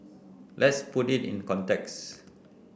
let's put it in context